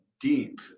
deep